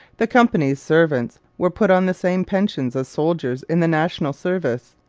the company's servants were put on the same pensions as soldiers in the national service.